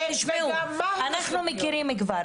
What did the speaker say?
כי תשמעו אנחנו מכירים כבר,